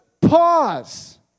pause